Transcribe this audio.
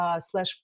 slash